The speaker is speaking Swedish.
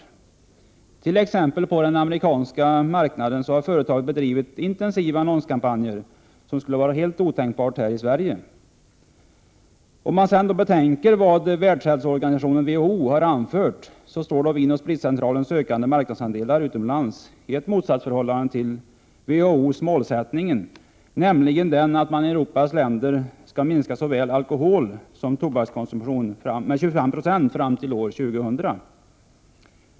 På t.ex. den amerikanska marknaden har företaget bedrivit intensiva annonskampanjer som skulle vara helt otänkbara här i Sverige. Om man betänker vad Världshälsoorganisationen, WHO, har anfört, står Vin & Spritcentralens ökande marknadsandel utomlands i ett motsatsförhållande till WHO:s målsättning, att i Europas länder minska såväl alkoholsom tobakskonsumtionen med 25 96 fram till år 2000.